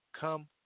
come